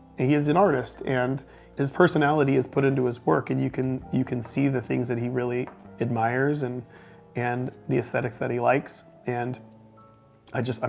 he he is an artist, and his personality is put into his work, and you can you can see the things that he really admires and and the aesthetics that he likes, and i just, um